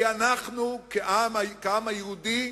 כי אנחנו, העם היהודי,